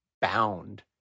bound